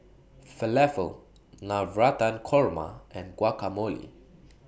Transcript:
Falafel Navratan Korma and Guacamole